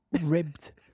ribbed